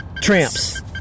Tramps